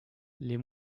les